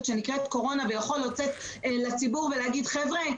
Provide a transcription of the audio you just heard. שנקראת קורונה ויכול לצאת לציבור ולהגיד: חבר'ה,